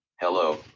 Hello